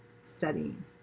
studying